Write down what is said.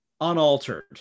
unaltered